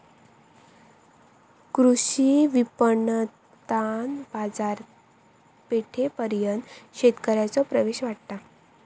कृषी विपणणातना बाजारपेठेपर्यंत शेतकऱ्यांचो प्रवेश वाढता